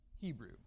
Hebrew